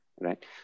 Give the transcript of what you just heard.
right